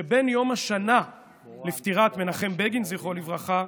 שבין יום השנה לפטירת מנחם בגין, זכרו לברכה,